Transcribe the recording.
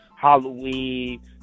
Halloween